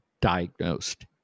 diagnosed